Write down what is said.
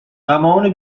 غمان